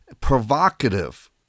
provocative